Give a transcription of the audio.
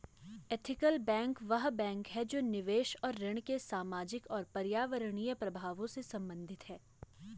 ethical bank वह bank है जो निवेश और ऋण के सामाजिक और पर्यावरणीय प्रभावों से संबंधित है